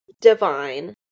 divine